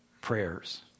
prayers